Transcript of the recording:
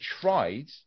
tried